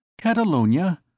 Catalonia